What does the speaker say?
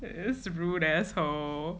this rude asshole